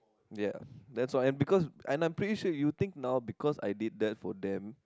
ya that's why because and I'm pretty sure you think now because I did that for them